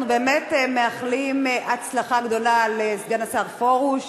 אנחנו באמת מאחלים הצלחה גדולה לסגן השר פרוש.